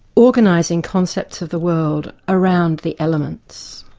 organising concepts of the world around the elements.